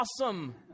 awesome